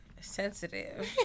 sensitive